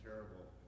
Terrible